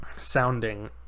sounding